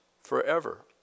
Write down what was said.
forever